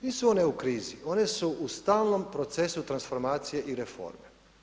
Nisu one u krizi, one su u stalnom procesu transformacije i reforme.